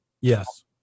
Yes